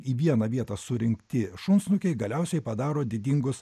į vieną vietą surinkti šunsnukiai galiausiai padaro didingus